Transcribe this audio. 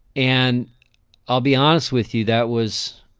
and i'll be honest with you, that was,